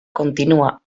continua